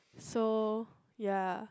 so ya